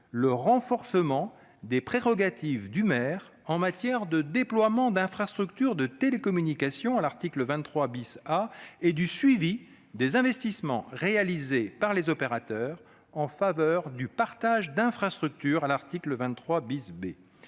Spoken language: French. le renforcement des prérogatives du maire en matière de déploiement d'infrastructures de télécommunications, à l'article 23 A, et de suivi des investissements réalisés par les opérateurs en faveur du partage d'infrastructures, à l'article 23 B.